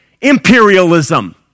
imperialism